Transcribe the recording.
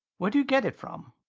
where do you get it from?